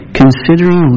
considering